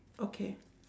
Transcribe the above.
okay